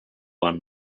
one